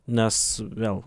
nes vėl